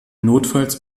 notfalls